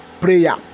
prayer